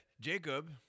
Jacob